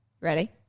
Ready